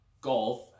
Golf